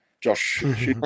Josh